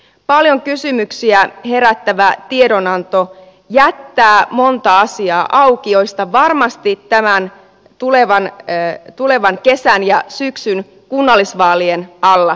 paljon kysymyksiä herättävä tiedonanto jättää auki monta asiaa joista varmasti tämän tulevan kesän ja syksyn kunnallisvaalien alla keskustellaan